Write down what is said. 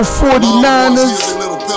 49ers